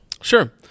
Sure